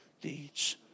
deeds